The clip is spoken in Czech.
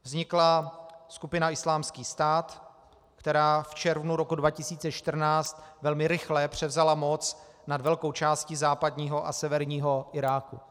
Vznikla skupina Islámský stát, která v červnu roku 2014 velmi rychle převzala moc nad velkou částí západního a severního Iráku.